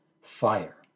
fire